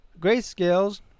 Grayscale